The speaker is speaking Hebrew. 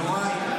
יוראי,